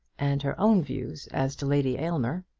and her own views as to lady aylmer.